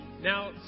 Now